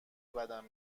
بدم